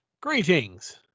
Greetings